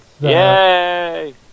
Yay